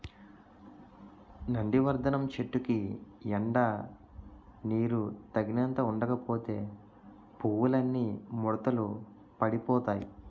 నందివర్థనం చెట్టుకి ఎండా నీరూ తగినంత ఉండకపోతే పువ్వులన్నీ ముడతలు పడిపోతాయ్